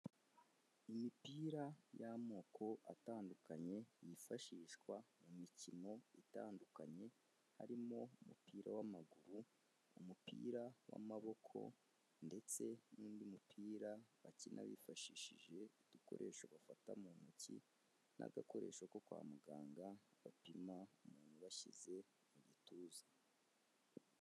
Imipira y'amoko atandukanye yifashishwa mu mikino itandukanye, harimo umupira w'amaguru, umupira w'amaboko ndetse n'indi mipira bakina bifashishije udukoresho bafata mu ntoki n'agakoresho ko kwa muganga bapima umuntu bashyize mu gituza.